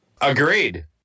Agreed